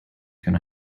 can